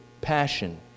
passion